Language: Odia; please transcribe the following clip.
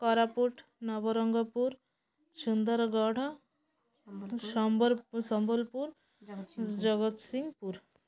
କୋରାପୁଟ ନବରଙ୍ଗପୁର ସୁନ୍ଦରଗଡ଼ ସମ୍ବ ସମ୍ବଲପୁର ଜଗତସିଂହପୁର